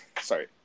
Sorry